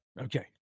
Okay